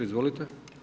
Izvolite.